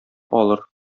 алыр